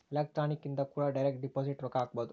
electronic ಇಂದ ಕೂಡ direct deposit ರೊಕ್ಕ ಹಾಕ್ಬೊದು